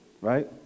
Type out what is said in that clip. right